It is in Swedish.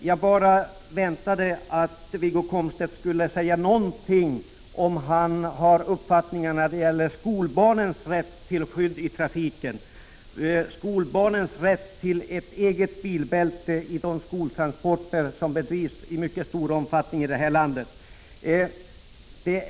Jag bara väntade på att Wiggo Komstedt skulle säga någonting om skolbarnens rätt till skydd i trafiken, deras rätt till bilbälte i de skolskjutsar som finns i mycket stor omfattning i det här landet.